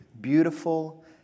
beautiful